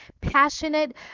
passionate